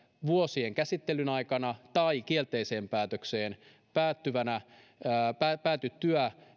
vuosien käsittelyn aikana tai kielteiseen päätökseen päätyttyä